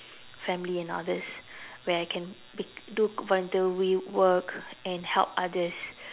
family and others where I can be do voluntary work and help others